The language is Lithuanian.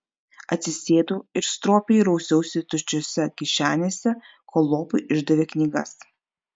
atsisėdau ir stropiai rausiausi tuščiose kišenėse kol lopui išdavė knygas